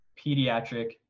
pediatric